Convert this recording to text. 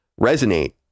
resonate